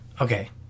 Okay